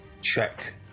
check